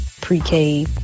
pre-K